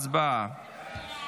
הצבעה.